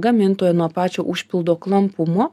gamintojo nuo pačio užpildo klampumo